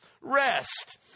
rest